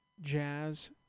Jazz